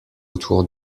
autour